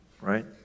Right